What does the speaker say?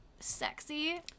sexy